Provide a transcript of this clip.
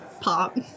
pop